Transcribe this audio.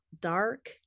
dark